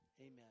Amen